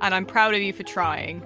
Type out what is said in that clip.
and i'm proud of you for trying